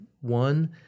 one